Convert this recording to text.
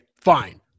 fine